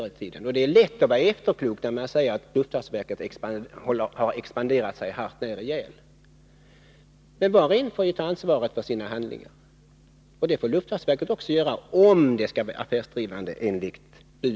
Det är lätt att vara efterklok, men jag måste säga att luftfartsverket håller på att expandera ihjäl sig. Var och en får emellertid ta ansvar för sina handlingar, och det får luftfartsverket också göra om det skall vara affärsdrivande.